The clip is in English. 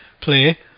play